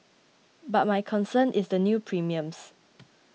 but my concern is the new premiums